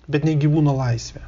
bet ne gyvūno laisvę